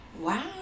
wow